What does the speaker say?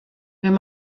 wenn